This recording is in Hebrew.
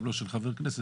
גם לא של חבר כנסת,